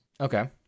Okay